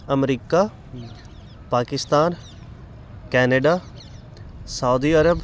America Pakistan Canada Saudi Arabia